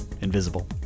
Invisible